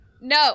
No